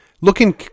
looking